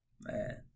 Man